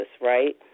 right